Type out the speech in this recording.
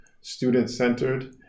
student-centered